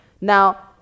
Now